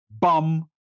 bum